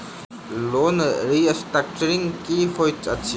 Loan restructuring की होइत अछि?